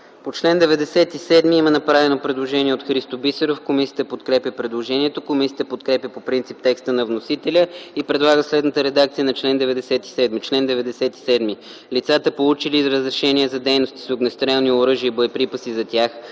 По чл. 97 има направено предложение от народния представител Христо Бисеров. Комисията подкрепя предложението. Комисията подкрепя по принцип текста на вносителя и предлага следната редакция на чл. 97: „Чл. 97. Лицата, получили разрешение за дейности с огнестрелни оръжия и боеприпаси за тях